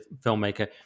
filmmaker